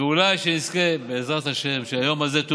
ואולי נזכה בעזרת השם שהיום הזה,